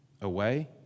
away